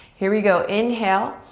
here we go, inhale.